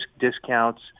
discounts